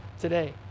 today